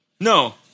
No